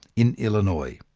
in illinois.